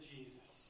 Jesus